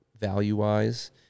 value-wise